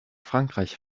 frankreich